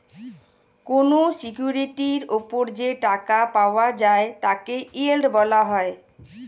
কোন সিকিউরিটির উপর যে টাকা পাওয়া যায় তাকে ইয়েল্ড বলা হয়